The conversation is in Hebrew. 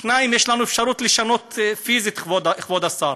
השני, יש לנו אפשרות לשנות פיזית, כבוד השר,